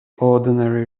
ordinary